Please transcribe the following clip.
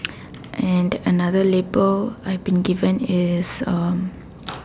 and another label I have been given is um